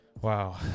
Wow